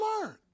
learn